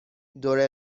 دور